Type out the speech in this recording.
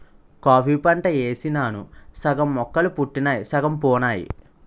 coffee పంట యేసినాను సగం మొక్కలు పుట్టినయ్ సగం పోనాయి